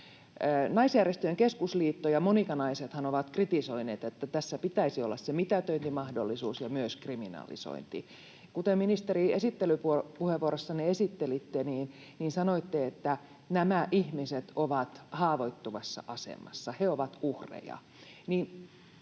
Naisjärjestöjen keskusliitto ja Monika-Naisethan ovat kritisoineet, että tässä pitäisi olla se mitätöintimahdollisuus ja myös kriminalisointi. Kun te, ministeri, esittelypuheenvuorossanne sanoitte, että nämä ihmiset ovat haavoittuvassa asemassa, he ovat uhreja,